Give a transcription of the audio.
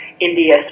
India